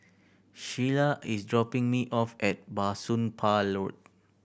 Shyla is dropping me off at Bah Soon Pah Road